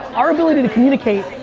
our ability to communicate,